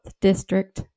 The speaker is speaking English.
District